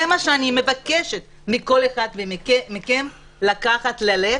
זה מה שאני מבקשת מכל אחד ומכם לקחת ללב,